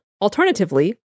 Alternatively